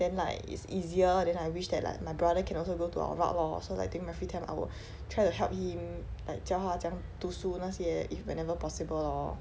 then like it's easier then I wish that like my brother can also go to our route lor so I think my free time I will try to help him like 教他怎样读书那些 if whenever possible lor